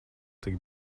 tik